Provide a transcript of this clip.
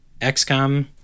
XCOM